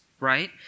Right